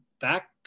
back